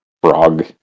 Frog